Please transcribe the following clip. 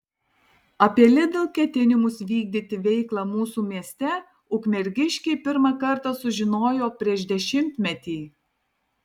apie lidl ketinimus vykdyti veiklą mūsų mieste ukmergiškiai pirmą kartą sužinojo prieš dešimtmetį